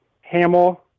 Hamill